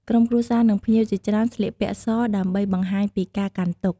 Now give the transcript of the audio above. ក្រុមគ្រួសារ និងភ្ញៀវជាច្រើនស្លៀកពាក់ស ដើម្បីបង្ហាញពីការកាន់ទុក្ខ។